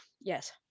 yes